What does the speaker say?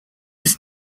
was